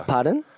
Pardon